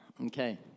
Okay